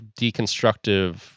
deconstructive